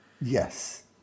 Yes